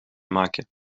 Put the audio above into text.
maken